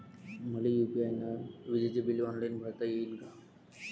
मले यू.पी.आय न विजेचे बिल ऑनलाईन भरता येईन का?